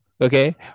Okay